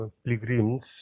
pilgrims